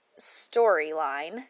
storyline